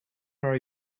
are